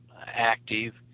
active